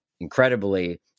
incredibly